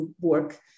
work